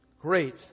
Great